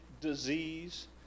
disease